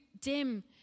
dim